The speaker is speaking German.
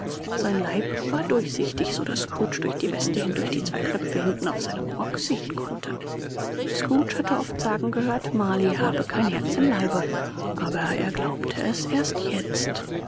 sein leib war durchsichtig so daß scrooge durch die weste hindurch die zwei knöpfe hinten auf seinem rock sehen konnte scrooge hatte oft sagen gehört marley habe kein herz im leibe aber er glaubte es erst jetzt